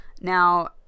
Now